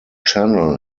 channel